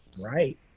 Right